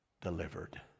delivered